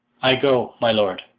i go, my lord.